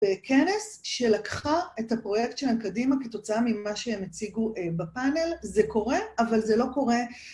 בכנס, שלקחה את הפרויקט שלהם קדימה כתוצאה ממה שהם הציגו בפאנל. זה קורה, אבל זה לא קורה...